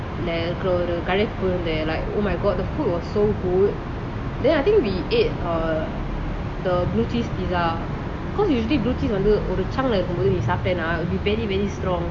ஒரு கடைகி பொய் இருந்தான்:oru kadaiki poi irunthan like oh my god the food was so good then I think we ate err the blue cheese pizza cause usually blue cheese வந்து ஒரு:vanthu oru chunk lah இருக்கும் போது சாப்டான:irukum bothu saptana it will be very very strong